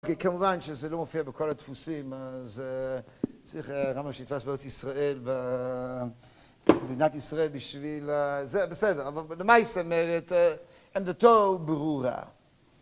כי כמובן שזה לא מופיע בכל הדפוסים, אז צריך רמב״ם שנדפס בארץ ישראל, במדינת ישראל בשביל ה... זה. בסדר, אבל במייסע מרד - עמדתו ברורה.